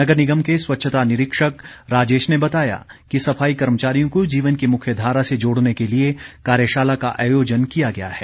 नगर निगम के स्वच्छता निरीक्षक राजेश ने बताया कि सफाई कर्मचारियों को जीवन की मुख्य धारा से जोड़ने के लिए कार्यशाला का आयोजन किया गया है